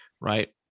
right